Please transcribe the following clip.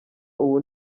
ubu